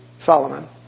Solomon